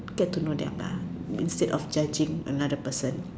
get to know them lah instead of judging another person